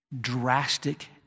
drastic